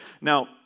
Now